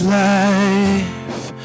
life